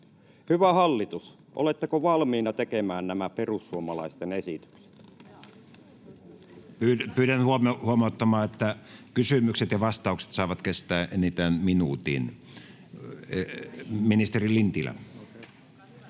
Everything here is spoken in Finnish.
Hyvä hallitus, oletteko valmiina tekemään nämä perussuomalaisten esitykset? Pyydän huomioimaan, että kysymykset ja vastaukset saavat kestää enintään minuutin. — Ministeri Lintilä.